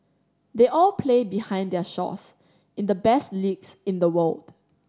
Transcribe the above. they all play behind their shores in the best leagues in the world